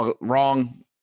wrong